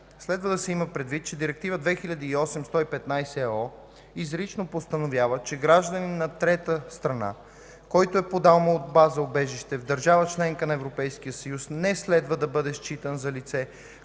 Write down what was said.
Следва да се има предвид, че Директива 2008/115/ЕО изрично постановява, че гражданин на трета страна, който е подал молба за убежище в държава – членка на Европейския съюз, не следва да бъде считан за лице,